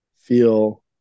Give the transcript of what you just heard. feel